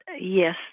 yes